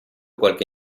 qualche